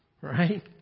Right